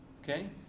okay